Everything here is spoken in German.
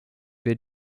wir